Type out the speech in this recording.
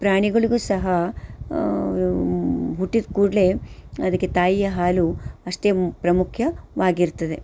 ಪ್ರಾಣಿಗಳಿಗೂ ಸಹ ಹುಟ್ಟಿದ ಕೂಡಲೆ ಅದಕ್ಕೆ ತಾಯಿಯ ಹಾಲು ಅಷ್ಟೇ ಪ್ರಾಮುಖ್ಯವಾಗಿರ್ತದೆ